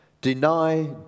Deny